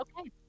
okay